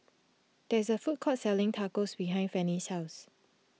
there is a food court selling Tacos behind Fannie's house